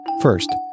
First